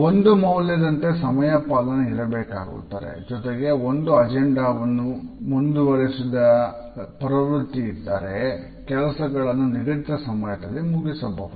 ಒಂದು ಮೌಲ್ಯದಂತೆ ಸಮಯಪಾಲನೆ ಇರಬೇಕಾಗುತ್ತದೆ ಜೊತೆಗೆ ಒಂದು ಅಜೆಂಡಾವನ್ನು ಮುಂದುವರಿಸುವ ಪ್ರವೃತ್ತಿ ಇದ್ದರೆ ಕೆಲಸಗಳನ್ನು ನಿಗದಿತ ಸಮಯದಲ್ಲಿ ಮುಗಿಸಬಹುದು